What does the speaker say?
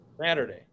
Saturday